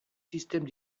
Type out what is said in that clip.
systèmes